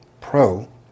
Pro